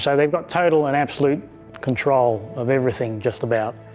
so they have got total and absolute control of everything just about.